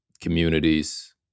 communities